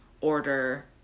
order